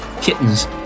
kittens